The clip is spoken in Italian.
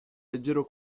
leggero